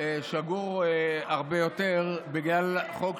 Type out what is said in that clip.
שגור הרבה יותר בגלל חוק,